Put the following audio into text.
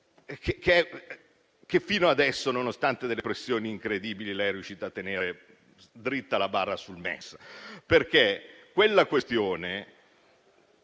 fino adesso, nonostante le pressioni incredibili, lei è riuscita a tenere dritta la barra sul MES. Sulla questione